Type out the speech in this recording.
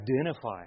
identify